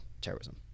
terrorism